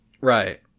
Right